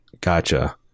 Gotcha